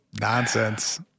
nonsense